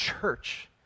church